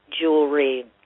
jewelry